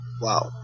Wow